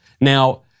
Now